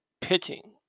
pitching